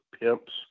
pimps